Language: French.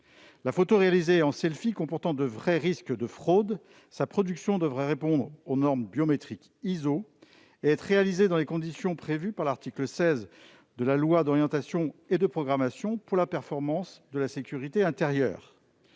Une photo réalisée en comportant de vrais risques de fraude, celle-ci devrait plutôt répondre aux normes biométriques ISO et être réalisée dans les conditions prévues par l'article 16 de la loi d'orientation et de programmation pour la performance de la sécurité intérieure.